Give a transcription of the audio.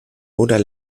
oder